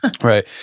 Right